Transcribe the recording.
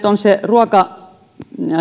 on se ruoka